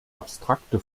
abstrakte